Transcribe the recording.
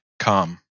come